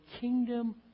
kingdom